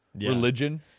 religion